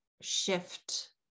shift